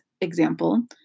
example